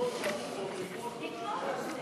אדם נרכשה על סמך פרטים כוזבים,